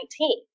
2019